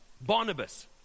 Barnabas